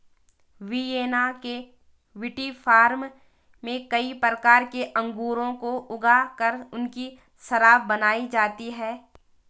Vienna के विटीफार्म में कई प्रकार के अंगूरों को ऊगा कर उनकी शराब बनाई जाती है